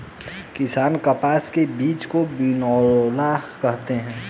किसान कपास के बीज को बिनौला कहते है